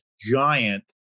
giant